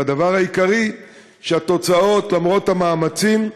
והדבר העיקרי, שלמרות המאמצים,